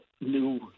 new